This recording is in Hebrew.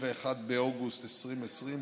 31 באוגוסט 2020,